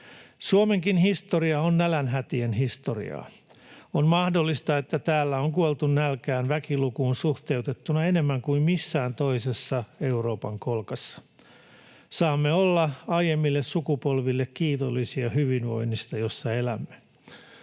Suomenkin historia on nälänhätien historiaa. On mahdollista, että täällä on kuoltu nälkään väkilukuun suhteutettuna enemmän kuin missään toisessa Euroopan kolkassa. Saamme olla aiemmille sukupolville kiitollisia hyvinvoinnista, jossa elämme.